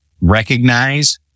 recognize